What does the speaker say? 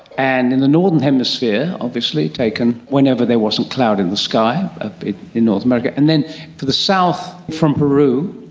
and in the northern hemisphere, obviously, taken whenever there wasn't cloud in the sky in north america, and then to the south from peru.